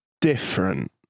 different